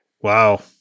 wow